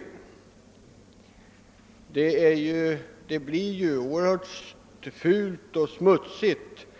Trafiken och vägsaltningen medför ju att naturen blir oerhört starkt nedsmutsad och förfulad,